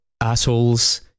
assholes